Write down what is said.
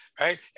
right